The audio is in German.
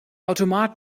automat